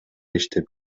иштеп